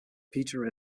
peter